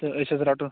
تہٕ أسۍ حظ رَٹو